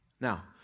Now